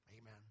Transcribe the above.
Amen